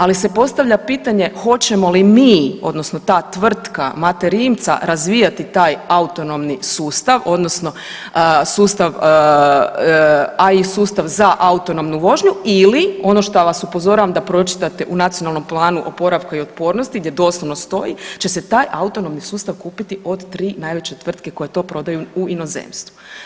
Ali se postavlja pitanje, hoćemo li mi odnosno ta tvrtka Mate Rimca razvijati taj autonomni sustav, a i susta za autonomnu vožnju ili ono što vas upozoravam da pročitate u Nacionalnom planu oporavka i otpornosti gdje doslovno stoji će se taj autonomni sustav kupiti od tri najveće tvrtke koje to prodaju u inozemstvu.